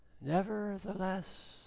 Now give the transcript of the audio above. Nevertheless